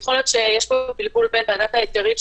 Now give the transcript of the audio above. יכול להיות שיש פה בלבול בין ועדת ההיתרים,